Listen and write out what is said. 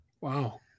Wow